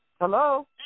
Hello